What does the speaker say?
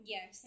Yes